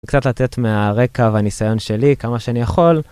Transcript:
קצת לתת מהרקע והניסיון שלי כמה שאני יכול.